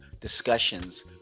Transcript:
discussions